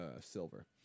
silver